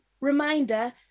Reminder